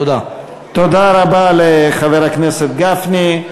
תודה רבה לחבר הכנסת גפני.